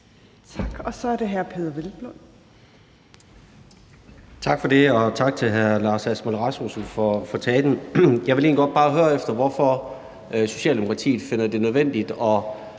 Kl. 17:29 Peder Hvelplund (EL): Tak for det, og tak til hr. Lars Aslan Rasmussen for talen. Jeg vil egentlig bare godt høre, hvorfor Socialdemokratiet finder det nødvendigt at